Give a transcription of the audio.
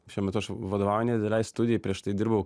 šiuo metu aš vadovauju nedidelei studijai prieš tai dirbau